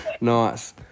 Nice